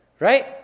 Right